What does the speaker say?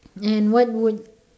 and what would